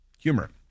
Humor